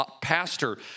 pastor